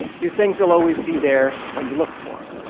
your things will always be there when you look for them.